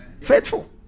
Faithful